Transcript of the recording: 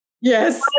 Yes